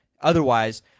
otherwise